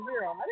Zero